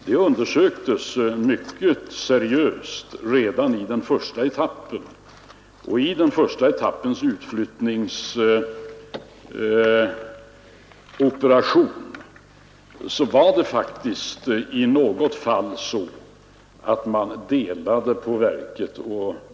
Detta undersöktes mycket seriöst redan i den första etappen, och i den första etappens utflyttningsoperation var det faktiskt i något fall så att man delade på verket.